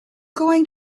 going